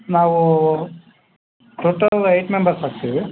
ನಾವು total eight members ಆಗ್ತೀವಿ